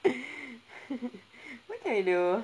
what can I do